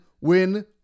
win